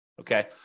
okay